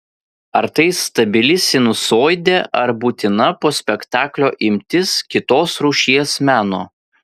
ar tai stabili sinusoidė ar būtina po spektaklio imtis kitos rūšies meno